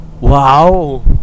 Wow